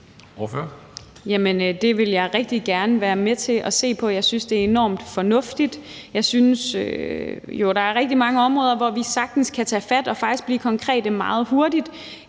Det vil jeg rigtig gerne være med til at se på. Jeg synes, det er enormt fornuftigt. Jeg synes jo, der er rigtig mange områder, hvor vi sagtens kan tage fat og faktisk blive konkrete meget hurtigt.